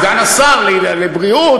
סגן שר הבריאות,